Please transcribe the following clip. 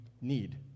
need